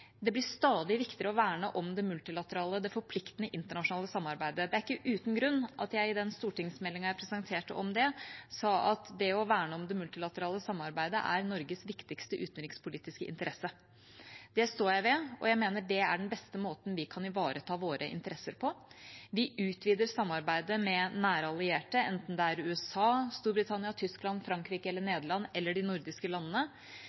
Det blir stadig viktigere å verne om det multilaterale, det forpliktende internasjonale samarbeidet. Det er ikke uten grunn at jeg i den stortingsmeldingen jeg presenterte om det, sa at det å verne om det multilaterale samarbeidet er Norges viktigste utenrikspolitiske interesse. Det står jeg ved, og jeg mener det er den beste måten vi kan ivareta våre interesser på. Vi utvider samarbeidet med nære allierte, enten det er USA, Storbritannia, Tyskland, Frankrike, Nederland eller de nordiske landene.